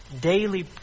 daily